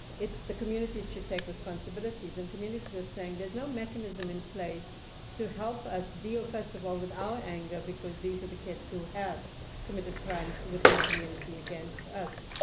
it's the communities should take responsibilities. and communities are saying, there's no mechanism in place to help us deal, first of all, with our anger, because these are the kids who have committed crimes within the community against us.